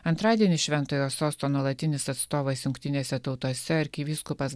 antradienį šventojo sosto nuolatinis atstovas jungtinėse tautose arkivyskupas